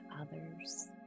others